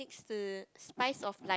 er spice of life